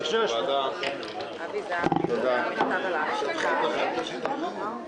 הישיבה ננעלה בשעה